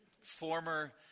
Former